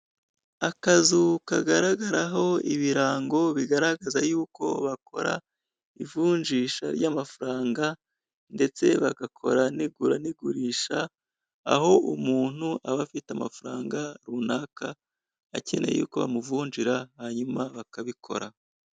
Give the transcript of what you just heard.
Akazu kagaragaraho ibirango bigaragaza yuko bakora ivunjisha ry'amafaranga, ndetse bagakora n'igura n'igurisha, aho umuntu aba afite amafaranga runaka akeneye ko bamuvunjira hanyuma bakabikora.